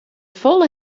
folle